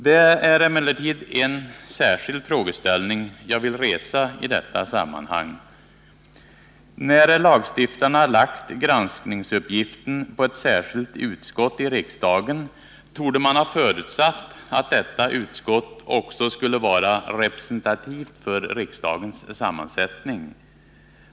Det är emellertid en särskild frågeställning jag vill resa i detta sammanhang. När lagstiftarna lagt granskningsuppgiften på ett särskilt utskott i riksdagen, torde man ha förutsatt att detta utskott också skulle vara representativt för riksdagens sammansättning.